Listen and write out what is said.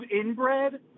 inbred